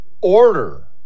order